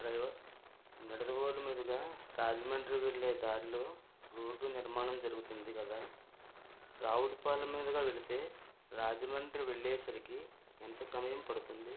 driver Nidadavolu మీదుగా రాజమండ్రి వెళ్ళే దారిలో రోడ్డు నిర్మాణం జరుగుతుంది కదా రావులపాలెం మీదుగా వెళితే రాజమండ్రి వేళ్ళే సరికి ఎంత సమయం పడుతుంది